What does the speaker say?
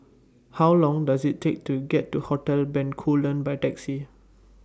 How Long Does IT Take to get to Hotel Bencoolen By Taxi